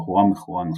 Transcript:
בחורה מכורה נוספת,